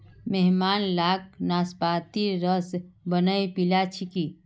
मेहमान लाक नाशपातीर रस बनइ पीला छिकि